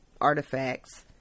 Artifacts